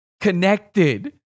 connected